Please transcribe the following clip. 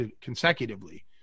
consecutively